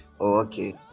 okay